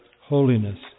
holiness